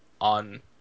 on